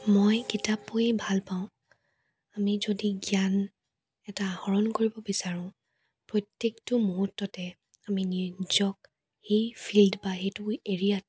মই কিতাপ পঢ়ি ভাল পাওঁ আমি যদি জ্ঞান এটা আহৰণ কৰিব বিচাৰোঁ প্ৰত্যেকটো মুহূৰ্ততে আমি নিজক সেই ফিল্ড বা সেইটো এৰিয়াত